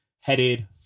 headed